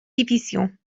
division